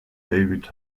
david